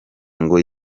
ngo